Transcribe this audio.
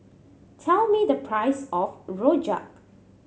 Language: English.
tell me the price of rojak